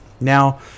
Now